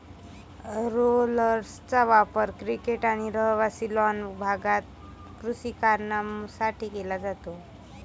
रोलर्सचा वापर क्रिकेट आणि रहिवासी लॉन भागात कृषी कारणांसाठी केला जातो